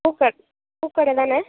பூக்கடை பூக்கடை தானே